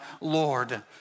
Lord